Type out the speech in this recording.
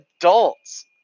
adults